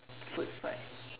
food fight